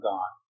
God